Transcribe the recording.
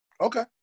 Okay